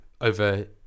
over